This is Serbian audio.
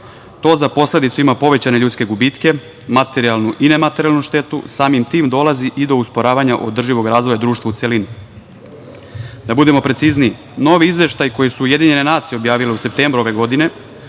To za posledicu ima povećane ljudske gubtke, materijalnu i nematerijalnu štetu, samim tim dolazi i do usporavanja održivog razvoja u celini. Da budemo precizniji, novi izveštaji koje su UN objavile u septembru ove godine